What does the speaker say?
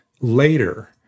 later